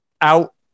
out